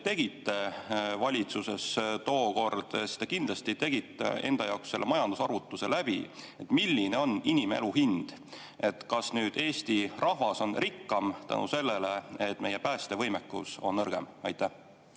tegite valitsuses tookord, siis te kindlasti tegite enda jaoks selle majandusarvutuse läbi, milline on inimelu hind. Kas nüüd Eesti rahvas on rikkam tänu sellele, et meie päästevõimekus on nõrgem? Aitäh!